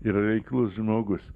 ir reiklus žmogus